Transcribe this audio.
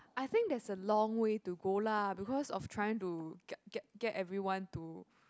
I think that's a long way to go lah because of trying to get get get everyone to